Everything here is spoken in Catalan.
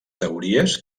teories